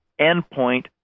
endpoint